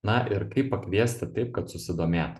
na ir kaip pakviesti taip kad susidomėtų